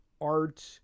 art